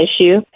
issue